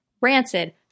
rancid